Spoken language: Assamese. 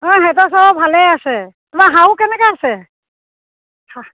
অঁ সিহঁতৰ চব ভালেই আছে তোমাৰ শাহু কেনেকৈ আছে